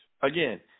Again